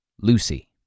Lucy